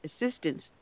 assistance